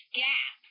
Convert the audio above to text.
gap